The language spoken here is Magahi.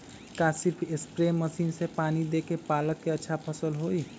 का सिर्फ सप्रे मशीन से पानी देके पालक के अच्छा फसल होई?